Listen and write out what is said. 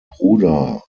bruder